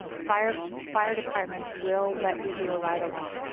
fire fire departments will let you do a ride along.